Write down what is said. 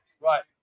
Right